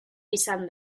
izan